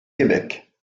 québec